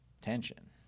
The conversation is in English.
tension